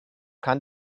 kann